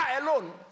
alone